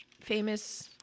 famous